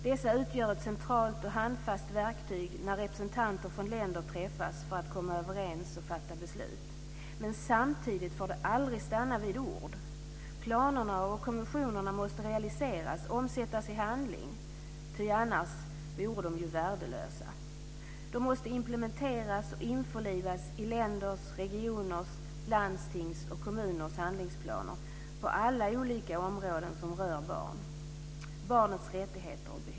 Dessa utgör ett centralt och handfast verktyg när representanter från länder träffas för att komma överens och fatta beslut. Men samtidigt får det aldrig stanna vid ord. Planerna och konventionerna måste realiseras och omsättas i handling, ty annars vore de ju värdelösa. De måste implementeras och införlivas i länders, regioners, landstings och kommuners handlingsplaner på alla olika områden som rör barn, barnets rättigheter och behov.